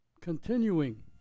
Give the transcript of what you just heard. continuing